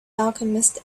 alchemist